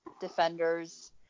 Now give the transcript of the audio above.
defenders